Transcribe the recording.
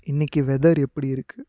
இன்றைக்கி வெதர் எப்படி இருக்குது